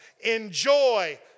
Enjoy